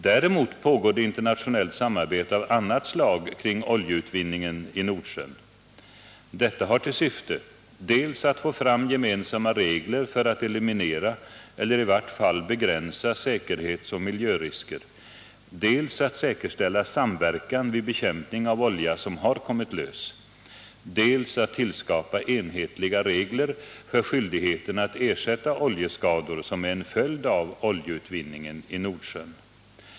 Däremot pågår det internationellt samarbete av annat slag kring oljeutvinningen i Nordsjön. Detta har till syfte dels att få fram gemensamma regler för att eliminera eller i vart fall begränsa säkerhetsoch miljörisker, dels att säkerställa samverkan vid bekämpning av olja som har kommit lös, dels att tillskapa enhetliga regler för skyldigheten att ersätta oljeskador som är en följd av oljeutvinningen i Nordsjön.